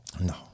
No